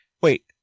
Wait